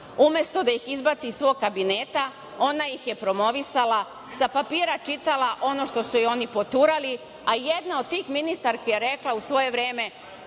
Umesto da ih izbaci iz svog kabineta, ona ih je promovisala, sa papira čitala ono što su joj oni poturali, a jedna od tih ministarki je rekla u svoje vreme